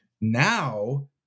Now